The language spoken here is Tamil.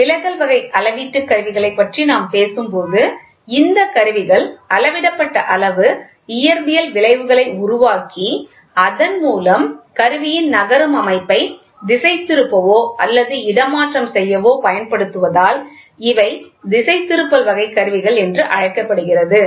எனவே விலகல் வகை அளவீட்டு கருவிகளைப் பற்றி நாம் பேசும்போது இந்தக் கருவிகள் அளவிடப்பட்ட அளவு இயற்பியல் விளைவுகளை உருவாக்கி அதன் மூலம் கருவியின் நகரும் அமைப்பை திசை திருப்பவோ அல்லது இடமாற்றம் செய்யவோ பயன்படுத்துவதால் இவை திசைதிருப்பல் வகை கருவிகள் என்று அழைக்கப்படுகிறது